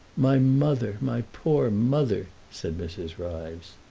my mother my poor mother, said mrs. ryves.